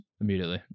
immediately